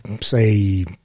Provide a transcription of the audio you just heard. say